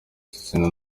izina